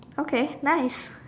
okay nice